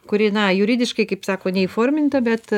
kuri na juridiškai kaip sako neįforminta bet